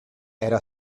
era